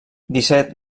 disset